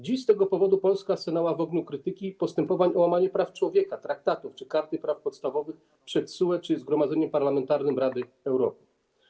Dziś z tego powodu Polska stanęła w ogniu krytyki i postępowań o łamanie praw człowieka, traktatów czy Karty Praw Podstawowych przed TSUE czy Zgromadzeniem Parlamentarnym Rady Europy.